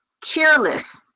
Careless